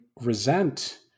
resent